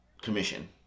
commission